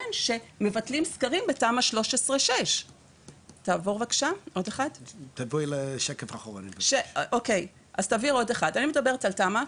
ייאמן שמבטלים סקרים בתמ"א 6/13. אני מדברת על תמ"א.